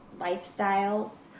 lifestyles